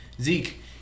Zeke